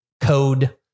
code